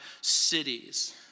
cities